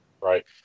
Right